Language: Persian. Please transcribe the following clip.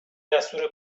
دستور